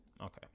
Okay